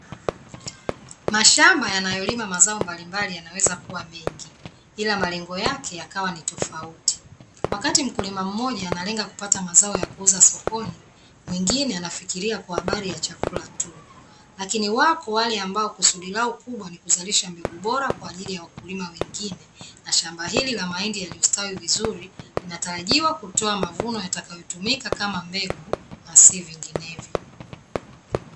Mashamba yanayolima mazao mbalimbali yanaweza kuwa mengi ila malengo yake yakawa ni tofauti. Wakati mkulima mmoja analenga kupata mazao ya kuuza sokoni mwingine anafikiria kwa habari ya chakula tu. Lakini wako wale ambao kusudi lao kubwa ni kuzalisha mbegu bora kwa ajili ya wakulima wengine. Na shamba hili la mahindi limestawi vizuri, linatarajiwa kutoa mavuno yatakayotumika kama mbegu na si vinginevyo.